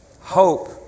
Hope